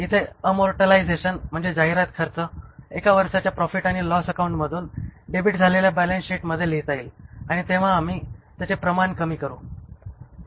इथे अमोर्टायजेशन म्हणजे जाहिरात खर्च एका वर्षाच्या प्रॉफिट आणि लॉस अकाउंट मधून डेबिट झालेली बॅलन्सशीटमध्ये लिहिता येईल आणि तेव्हा आम्ही त्याचे प्रमाण कमी करू